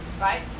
right